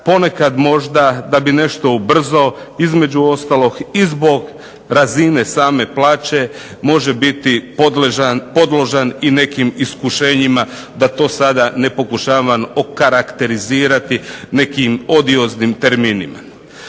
ponekad da bi nešto ubrzao između ostalog i zbog razine same plaće može biti podložan i nekim iskušenjima, da to sada ne pokušavam okarakterizirati nekim odizim terminima.